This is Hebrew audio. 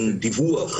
לגבי המועדים.